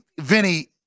Vinny